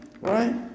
Right